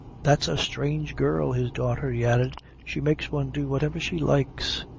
that's a strange girl his daughter, he added she makes one do whatever she likes.